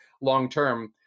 long-term